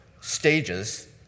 stages